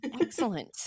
Excellent